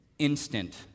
instant